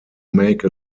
make